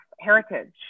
heritage